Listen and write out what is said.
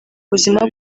buzima